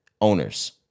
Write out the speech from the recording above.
owners